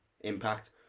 impact